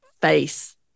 face